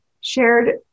shared